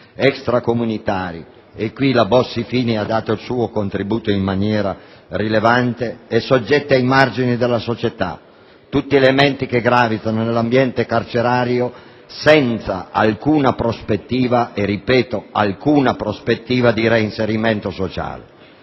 extracomunitari - qui la legge cosiddetta Bossi-Fini ha dato il suo contributo in maniera rilevante - e soggetti ai margini della società. Tutti elementi che gravitano nell'ambiente carcerario senza alcuna prospettiva - ripeto, senza alcuna prospettiva - di reinserimento sociale.